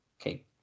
Okay